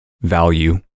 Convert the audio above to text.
value